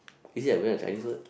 is it even a Chinese word